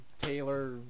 Taylor